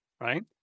right